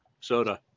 soda